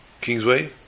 Kingsway